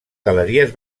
galeries